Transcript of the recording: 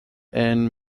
and